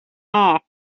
off